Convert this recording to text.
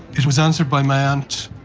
it was answered by my aunt,